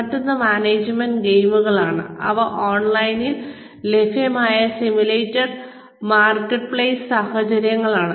മറ്റൊന്ന് മാനേജ്മെന്റ് ഗെയിമുകളാണ് അവ ഓൺലൈനിൽ ലഭ്യമായ സിമുലേറ്റഡ് മാർക്കറ്റ്പ്ലെയ്സ് സാഹചര്യങ്ങളാണ്